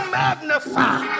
magnify